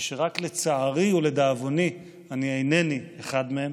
ושרק לצערי ולדאבוני אני אינני אחד מהם.